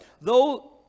though